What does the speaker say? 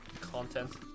content